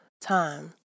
time